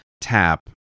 tap